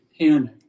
panic